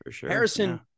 Harrison